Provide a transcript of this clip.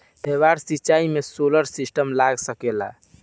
फौबारा सिचाई मै सोलर सिस्टम लाग सकेला?